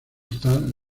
están